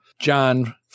John